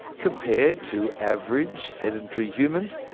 compared to average sedentary humans,